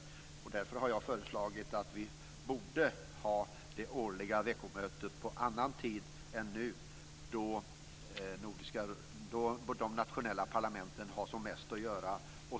Därför har jag föreslagit att vi borde ha det årliga veckomötet på annan tid än då de nationella parlamenten har som mest att göra.